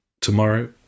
tomorrow